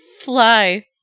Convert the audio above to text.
Fly